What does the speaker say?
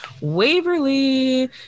waverly